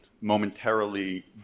momentarily